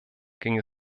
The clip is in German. ging